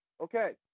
Okay